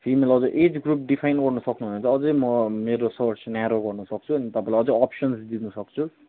female हजुर age group define गर्नु सक्नुभयो भने चाहिँ अझै म मेरो सोर्स न्यारो गर्न सक्छु अनि तपाईँलाई अझै अप्सनहरू दिनु सक्छु